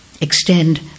extend